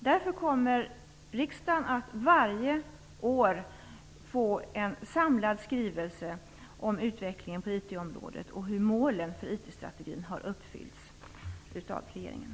Därför kommer riksdagen att varje år få en samlad skrivelse om utvecklingen på IT-området och hur målet för IT-strategin har uppfyllts av regeringen.